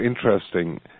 Interesting